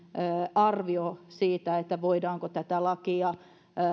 arvio siitä voidaanko tätä lakia